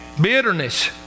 Bitterness